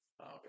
Okay